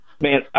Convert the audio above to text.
Man